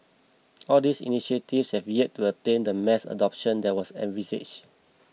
all these initiatives have yet to attain the mass adoption that was envisaged